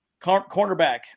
cornerback